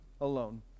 alone